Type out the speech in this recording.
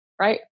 right